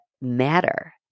matter